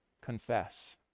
confess